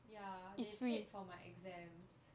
ya they paid for my exams